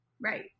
Right